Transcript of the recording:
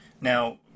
Now